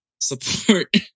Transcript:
support